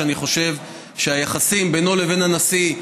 שאני חושב שהיחסים בינו לבין הנשיא,